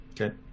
Okay